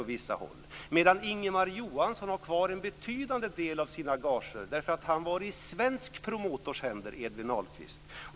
Ingemar Johansson däremot har kvar en betydande del av sina gager därför att han var i en svensk promotors händer - Edwin Ahlqvist.